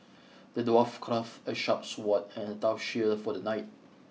the dwarf crafted a sharp sword and a tough shield for the knight